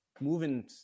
moving